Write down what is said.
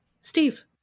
Steve